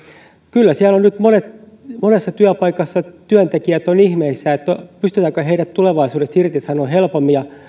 kyllä siellä nyt monessa työpaikassa työntekijät ovat ihmeissään että pystytäänkö heidät tulevaisuudessa irtisanomaan helpommin he